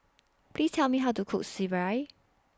Please Tell Me How to Cook Sireh